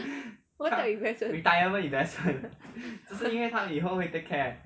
what kind of investment